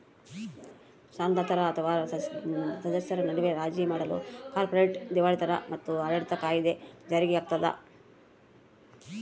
ಸಾಲದಾತರ ಅಥವಾ ಸದಸ್ಯರ ನಡುವೆ ರಾಜಿ ಮಾಡಲು ಕಾರ್ಪೊರೇಟ್ ದಿವಾಳಿತನ ಮತ್ತು ಆಡಳಿತ ಕಾಯಿದೆ ಜಾರಿಯಾಗ್ತದ